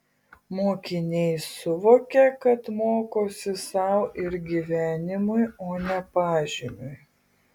mokiniai suvokia kad mokosi sau ir gyvenimui o ne pažymiui